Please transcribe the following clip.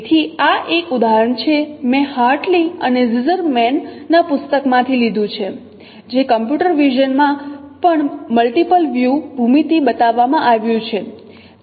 તેથી આ એક ઉદાહરણ છે મેં હાર્ટલી અને ઝિઝરમેન ના પુસ્તકમાંથી લીધું છે જે કમ્પ્યુટર વિઝન માં પણ મલ્ટીપલ વ્યૂ ભૂમિતિ બતાવવામાં આવ્યું છે